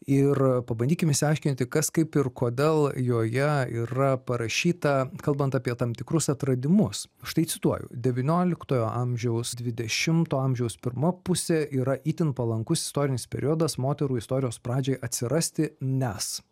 ir pabandykim išsiaiškinti kas kaip ir kodėl joje yra parašyta kalbant apie tam tikrus atradimus štai cituoju devynioliktojo amžiaus dvidešimto amžiaus pirma pusė yra itin palankus istorinis periodas moterų istorijos pradžiai atsirasti nes